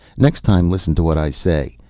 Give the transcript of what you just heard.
next time listen to what i say.